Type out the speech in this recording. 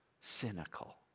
cynical